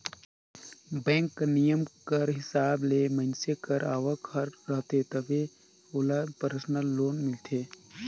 bank कर नियम कर हिसाब ले मइनसे कर आवक हर रहथे तबे ओला परसनल लोन मिलथे